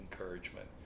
encouragement